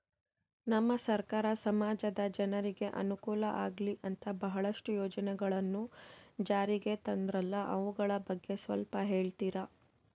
ನಮ್ಮ ಸರ್ಕಾರ ಸಮಾಜದ ಜನರಿಗೆ ಅನುಕೂಲ ಆಗ್ಲಿ ಅಂತ ಬಹಳಷ್ಟು ಯೋಜನೆಗಳನ್ನು ಜಾರಿಗೆ ತಂದರಂತಲ್ಲ ಅವುಗಳ ಬಗ್ಗೆ ಸ್ವಲ್ಪ ಹೇಳಿತೀರಾ?